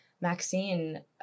Maxine